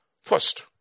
First